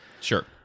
Sure